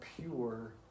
pure